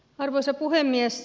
arvoisa puhemies